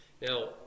Now